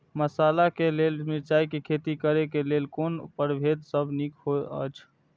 मसाला के लेल मिरचाई के खेती करे क लेल कोन परभेद सब निक होयत अछि?